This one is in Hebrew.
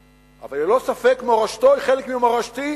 אבל ללא ספק מורשתו היא חלק ממורשתי,